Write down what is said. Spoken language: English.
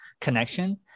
connection